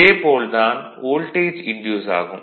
இதே போல் தான் வோல்டேஜ் இன்டியூஸ் ஆகும்